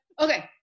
okay